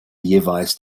jeweils